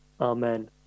Amen